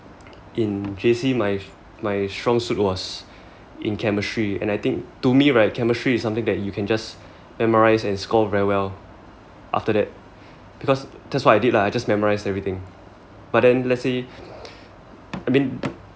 in J_C my my strong suit was in chemistry and I think to me right chemistry is something that you can just memorise and score very well after that because that's what I did lah I just memorised everything but then let's say I mean